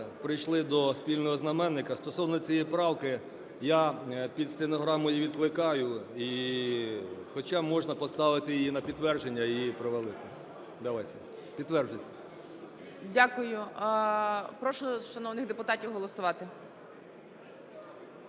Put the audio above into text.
прийшли до спільного знаменника. Стосовно цієї правки, я під стенограму її відкликаю, хоча можна поставити її на підтвердження і провалити. Давайте, підтверджується. ГОЛОВУЮЧИЙ. Дякую. Прошу шановних депутатів голосувати.